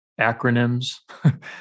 acronyms